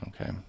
okay